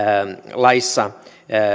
laissa